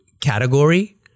category